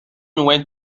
went